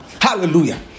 Hallelujah